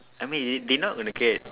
I mean they they not gonna care